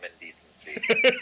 Decency